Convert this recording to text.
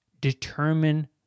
determine